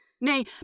Nay